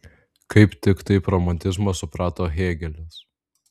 kaip tik taip romantizmą suprato hėgelis